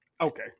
okay